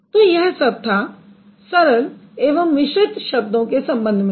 तो यह सब था सरल एवं मिश्रित शब्दों के संबंध में